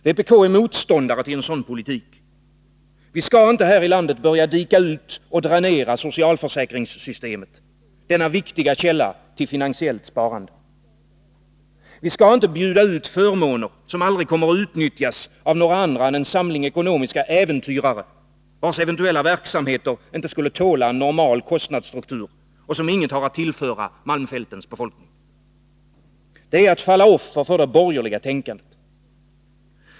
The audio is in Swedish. Vpk är motståndare till en sådan politik. Vi skall inte här i landet börja dika ut och dränera socialförsäkringssystemet, denna viktiga källa till finansiellt sparande. Vi skall inte bjuda ut förmåner som aldrig kommer att utnyttjas av några andra än en samling ekonomiska äventyrare, vilkas eventuella verksamheter inte skulle tåla en normal kostnadsstruktur och som inget har att tillföra malmfältens befolkning. Det är att falla offer för det borgerliga tänkandet.